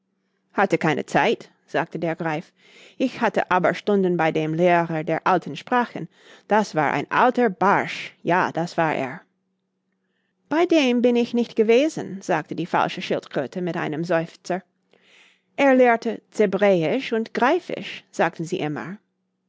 hatte keine zeit sagte der greif ich hatte aber stunden bei dem lehrer der alten sprachen das war ein alter barsch ja das war er bei dem bin ich nicht gewesen sagte die falsche schildkröte mit einem seufzer er lehrte zebräisch und greifisch sagten sie immer